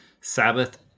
Sabbath